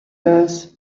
gas